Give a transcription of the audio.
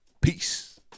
Peace